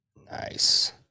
Nice